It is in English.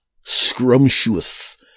scrumptious